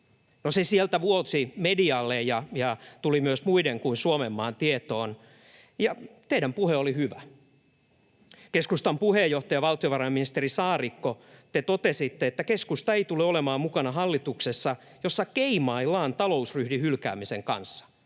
se sieltä vuosi medialle ja tuli myös muiden kuin Suomenmaan tietoon, ja teidän puheenne oli hyvä. Keskustan puheenjohtaja, valtiovarainministeri Saarikko, te totesitte, että keskusta ei tule olemaan mukana hallituksessa, jossa keimaillaan talousryhdin hylkäämisen kanssa.